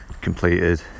completed